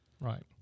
Right